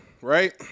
right